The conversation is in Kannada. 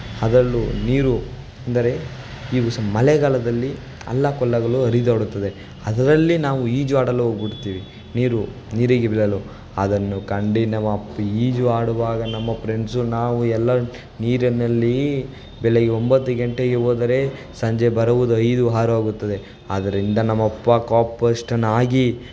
ಅದರಲ್ಲೂ ನೀರು ಅಂದರೆ ಇವು ಸಹ ಮಳೆಗಾಲದಲ್ಲಿ ಹಳ್ಳ ಕೊಳ್ಳಗಳು ಹರಿದಾಡುತ್ತದೆ ಅದರಲ್ಲಿ ನಾವು ಈಜಾಡಲು ಹೋಗ್ಬುಡ್ತೀವಿ ನೀರು ನೀರಿಗೆ ಬೀಳಲು ಅದನ್ನು ಕಂಡು ನಮ್ಮಪ್ಪ ಈಜು ಆಡುವಾಗ ನಮ್ಮ ಪ್ರೆಂಡ್ಸು ನಾವು ಎಲ್ಲ ನೀರನಲ್ಲೀ ಬೆಳಗ್ಗೆ ಒಂಬತ್ತು ಗಂಟೆಗೆ ಹೋದರೆ ಸಂಜೆ ಬರವುದು ಐದು ಆರಾಗುತ್ತದೆ ಅದರಿಂದ ನಮ್ಮ ಅಪ್ಪ ಕೋಪಿಷ್ಠನಾಗಿ